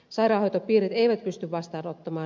sairaanhoitopiirit eivät pysty vastaanottamaan